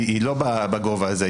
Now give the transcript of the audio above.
היא לא בגובה הזה,